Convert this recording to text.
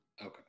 okay